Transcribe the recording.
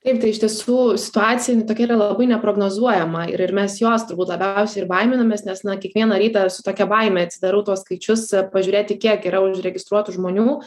taip tai iš tiesų situacija jin tokia yra labai neprognozuojama ir ir mes jos turbūt labiausiai ir baiminamės nes na kiekvieną rytą su tokia baime atsidarau tuos skaičius kad pažiūrėti kiek yra užregistruotų žmonių